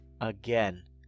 Again